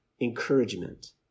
encouragement